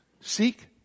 seek